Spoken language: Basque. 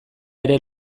ere